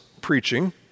preaching